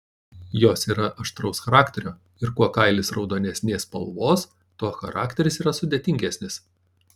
jos yra aštraus charakterio ir kuo kailis raudonesnės spalvos tuo charakteris yra sudėtingesnis